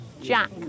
Jack